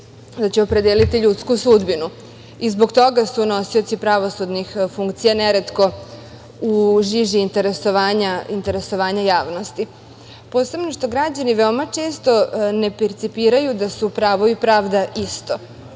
da će opredeliti ljudsku sudbinu. Zbog toga su nosioci pravosudnih funkcija neretko u žiži interesovanja javnosti, posebno što građani veoma često ne percipiraju da su pravo i pravda isto,